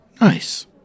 Nice